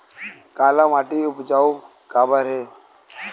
काला माटी उपजाऊ काबर हे?